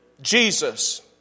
Jesus